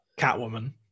Catwoman